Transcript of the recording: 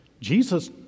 Jesus